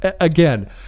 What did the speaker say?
Again